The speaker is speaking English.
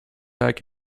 attack